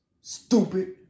stupid